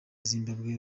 zimbabwe